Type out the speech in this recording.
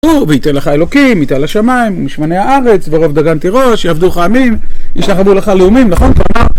וייתן לך אלוקים, ייתן לשמיים, משמני הארץ ורוב דגן ותירוש, יעבדוך עמים וישתחוו לך לאומים, נכון? כלומר...